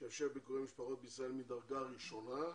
שמתחשב בגורמי משפחות בישראל מדרגה ראשונה,